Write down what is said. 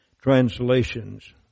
translations